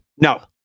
No